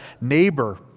neighbor